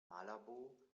malabo